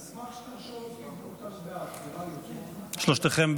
ההצעה להעביר את הצעת חוק כביש אגרה (כביש ארצי לישראל) (תיקון,